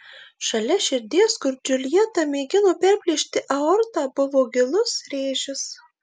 šalia širdies kur džiuljeta mėgino perplėšti aortą buvo gilus rėžis